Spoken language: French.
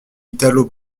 italo